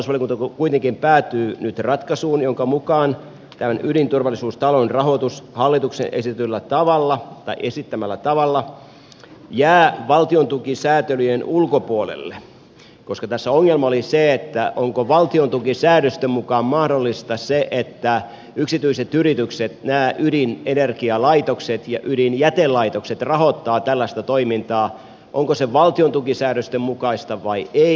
talousvaliokunta kuitenkin päätyy nyt ratkaisuun jonka mukaan tämän ydinturvallisuustalon rahoitus hallituksen esittämällä tavalla jää valtiontukisääntelyjen ulkopuolelle koska tässä ongelma oli se onko valtiontukisäädösten mukaan mahdollista se että yksityiset yritykset nämä ydinenergialaitokset ja ydinjätelaitokset rahoittavat tällaista toimintaa onko se valtiontukisäädösten mukaista vai ei